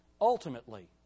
Ultimately